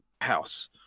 house